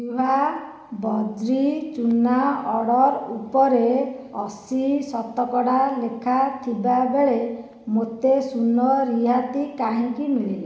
ଜୀୱା ବଜ୍ରି ଚୁନା ଅର୍ଡ଼ର୍ ଉପରେ ଅଶି ଶତକଡ଼ା ଲେଖା ଥିବାବେଳେ ମୋତେ ଶୂନ ରିହାତି କାହିଁକି ମିଳିଲା